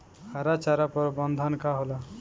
हरा चारा प्रबंधन का होला?